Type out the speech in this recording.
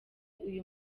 uyu